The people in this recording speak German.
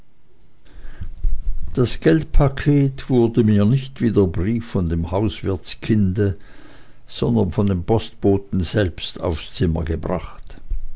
das geldpack wurde mir nicht wie der brief von dem hauswirtskinde sondern von dem postboten selbst aufs zimmer gebracht